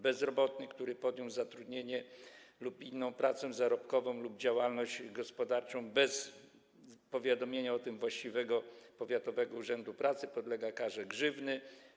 Bezrobotny, który podjął zatrudnienie, inną pracę zarobkową lub działalność gospodarczą bez powiadomienia o tym właściwego powiatowego urzędu pracy, podlega karze grzywny.